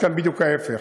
יש כאן בדיוק ההפך.